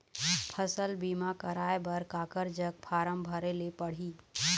फसल बीमा कराए बर काकर जग फारम भरेले पड़ही?